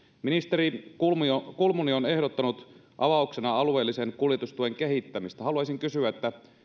ministeri kulmuni on ehdottanut avauksena alueellisen kuljetustuen kehittämistä haluaisin kysyä